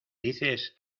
dices